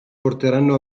porteranno